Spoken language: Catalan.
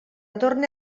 torne